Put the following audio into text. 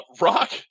Rock